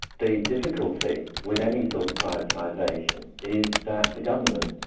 the difficulty with any sort of privatisation is that the government,